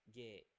get –